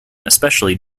especially